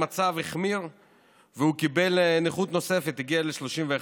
המצב החמיר והוא קיבל נכות נוספת, זה הגיע ל-31%.